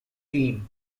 team